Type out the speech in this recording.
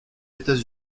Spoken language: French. états